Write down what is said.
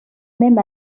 même